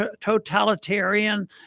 totalitarian